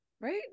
Right